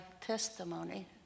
testimony